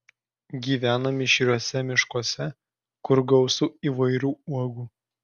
gyvena mišriuose miškuose kur gausu įvairių uogų